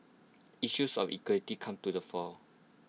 issues of equity come to the fore